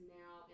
now